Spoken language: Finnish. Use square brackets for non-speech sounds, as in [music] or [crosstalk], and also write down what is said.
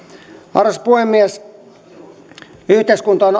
arvoisa puhemies yhteiskunta on [unintelligible]